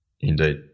Indeed